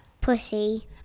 Pussy